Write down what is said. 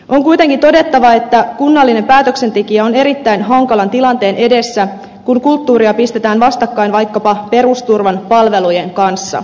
on kuitenkin todettava että kunnallinen päätöksentekijä on erittäin hankalan tilanteen edessä kun kulttuuria pistetään vastakkain vaikkapa perusturvan palvelujen kanssa